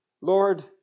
Lord